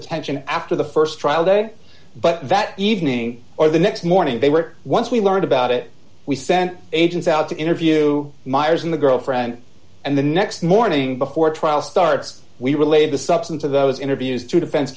attention after the st trial day but that evening or the next morning they were once we learned about it we sent agents out to interview myers and the girlfriend and the next morning before trial starts we relayed the substance of those interviews to defense